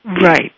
Right